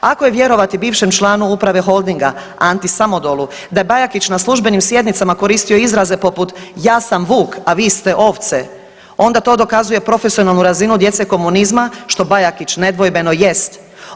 Ako je vjerovati bivšem članu uprave Holdinga Anti Samodolu, da je Bajakić na službenim sjednicama koristio izraze poput, ja sam vuk, a vi ste ovce, onda to dokazuje profesionalnu razinu djece komunizma što Bajakić nedvojbeno jest.